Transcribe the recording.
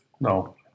No